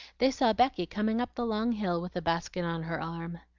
they saw becky coming up the long hill with a basket on her arm.